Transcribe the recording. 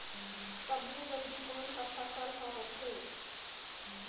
सबले जल्दी कोन सा फसल ह होथे?